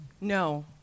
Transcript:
No